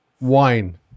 wine